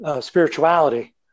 spirituality